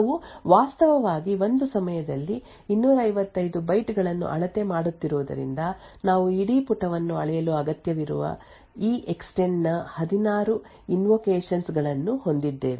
ನಾವು ವಾಸ್ತವವಾಗಿ ಒಂದು ಸಮಯದಲ್ಲಿ 256 ಬೈಟ್ ಗಳನ್ನು ಅಳತೆ ಮಾಡುತ್ತಿರುವುದರಿಂದ ನಾವು ಇಡೀ ಪುಟವನ್ನು ಅಳೆಯಲು ಅಗತ್ಯವಿರುವ ಎಕ್ಸ್ ಟೆಂಡ್ ನ 16 ಇಂವೊಕೇಷನ್ಸ್ ಗಳನ್ನು ಹೊಂದಿದ್ದೇವೆ